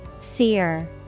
Seer